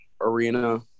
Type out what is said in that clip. Arena